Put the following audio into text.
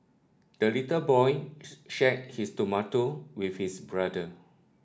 the little boy shared his tomato with his brother